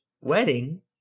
wedding